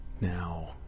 Now